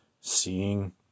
seeing